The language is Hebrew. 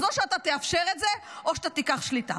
אז או שאתה תאפשר את זה, או שתיקח שליטה.